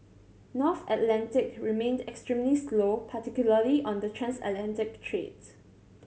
North Atlantic remained extremely slow particularly on the transatlantic trades